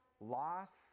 loss